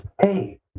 hey